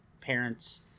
parents